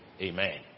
Amen